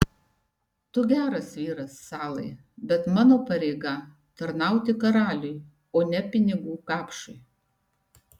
tu geras vyras salai bet mano pareiga tarnauti karaliui o ne pinigų kapšui